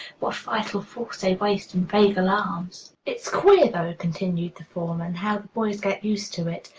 what vital force they waste in vague alarms! it's queer, though, continued the foreman, how the boys get used to it.